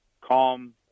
calm